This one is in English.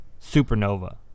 Supernova